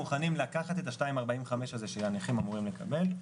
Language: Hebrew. מוכנים לקחת את ה-2.45% שהנכים אמורים לקבל,